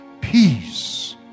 Peace